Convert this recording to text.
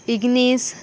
Ignis